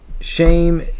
shame